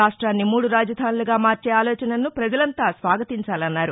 రాష్ట్రాన్ని మూడు రాజధానులుగా మార్చే ఆలోచనను పజలంతా స్వాగతించాలన్నారు